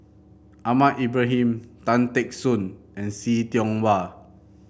Ahmad Ibrahim Tan Teck Soon and See Tiong Wah